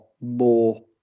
more